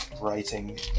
writing